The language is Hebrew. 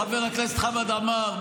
חבר כנסת חמד עמאר,